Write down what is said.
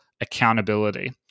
accountability